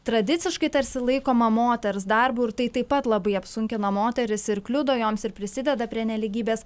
tradiciškai tarsi laikoma moters darbu ir tai taip pat labai apsunkina moteris ir kliudo joms ir prisideda prie nelygybės